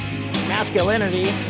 masculinity